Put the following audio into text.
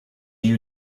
you